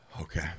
Okay